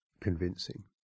convincing